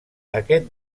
aquest